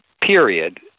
Period